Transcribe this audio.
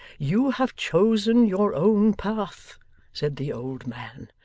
you have chosen your own path said the old man.